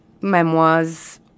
memoirs